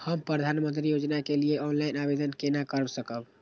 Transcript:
हम प्रधानमंत्री योजना के लिए ऑनलाइन आवेदन केना कर सकब?